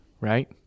right